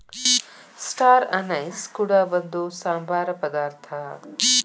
star anise ಕೂಡ ಒಂದು ಸಾಂಬಾರ ಪದಾರ್ಥ